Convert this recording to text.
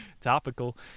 Topical